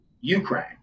Ukraine